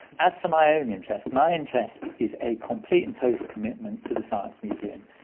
as for my own interest, my interest is a complete and total commitment to the science museum.